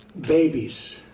babies